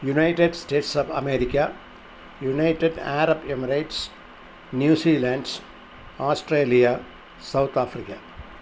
United States of America United Arab Emirates New Zealand Australia South Africa